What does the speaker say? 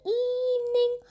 evening